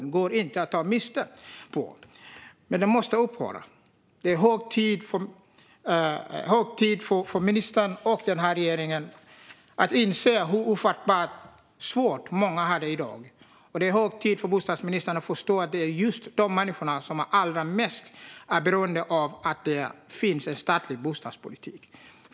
Det går inte att ta miste på, men det måste upphöra. Det är hög tid för ministern och den här regeringen att inse hur ofattbart svårt många har det i dag, och det är hög tid för bostadsministern att förstå att det är just de människorna som är allra mest beroende av att det finns en statlig bostadspolitik.